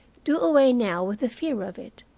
do away now with the fear of it?